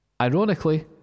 Ironically